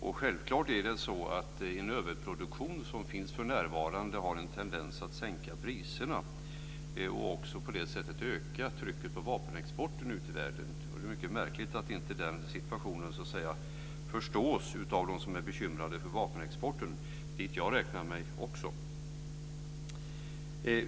Den överproduktion som för närvarande sker har naturligtvis en tendens att sänka priserna och på det sättet också öka trycket på vapenexporten ut i världen. Det är mycket märkligt att inte den situationen förstås av dem som är bekymrade för vapenexporten dit jag också räknar mig.